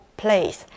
place